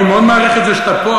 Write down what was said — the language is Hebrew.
אני מאוד מעריך את זה שאתה פה,